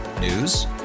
News